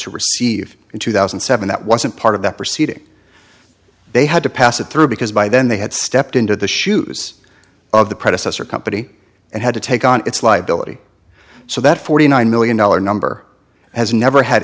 to receive in two thousand and seven that wasn't part of that proceeding they had to pass it through because by then they had stepped into the shoes of the predecessor company and had to take on its liability so that forty nine million dollars number has never had